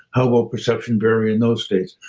how will perception vary in those state?